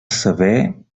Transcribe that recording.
saber